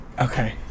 okay